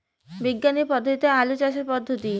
বিজ্ঞানিক পদ্ধতিতে আলু চাষের পদ্ধতি?